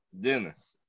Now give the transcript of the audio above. Dennis